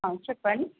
హా చెప్పండి